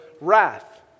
wrath